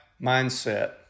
mindset